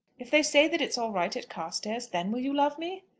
if they say that it's all right at carstairs, then will you love me?